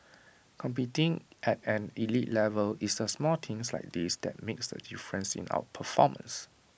competing at an elite level it's A small things like this that makes the difference in our performance